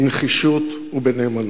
בנחישות ובנאמנות.